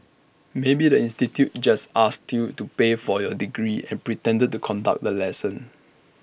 maybe the institute just asked you to pay for your degree and pretended to conduct the lesson